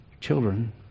Children